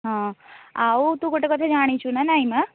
ହଁ ଆଉ ତୁ ଗୋଟେ କଥା ଜାଣିଛୁ ନା ନାଇଁ ମ